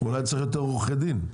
אולי צריך יותר עורכי דין,